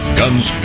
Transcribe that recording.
guns